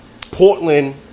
Portland